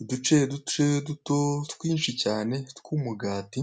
Uduceduce duto twinshi cyane tw'umugati